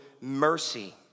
mercy